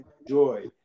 enjoy